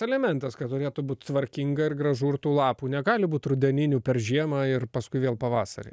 elementas kad turėtų būti tvarkinga ir gražu ir tų lapų negali būti rudeninių per žiemą ir paskui vėl pavasarį